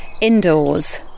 indoors